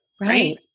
Right